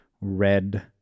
Red